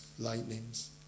lightnings